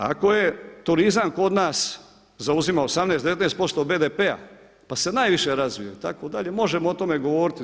Ako je turizam kod nas zauzimao 18, 19% BDP-a pa se najviše razvio itd. možemo o tome govoriti.